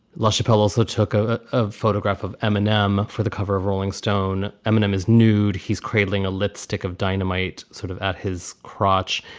lachapelle also took a ah photograph of eminem for the cover of rolling stone. eminem is nude. he's cradling a little stick of dynamite sort of at his crotch.